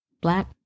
black